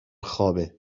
خوابه